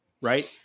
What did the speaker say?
right